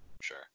Sure